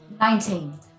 Nineteen